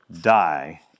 die